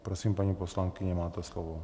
Prosím, paní poslankyně, máte slovo.